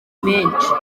menshi